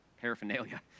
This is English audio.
paraphernalia